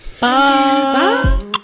Bye